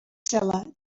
seller